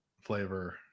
flavor